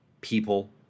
people